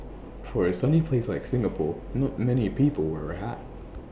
for A sunny place like Singapore not many people wear A hat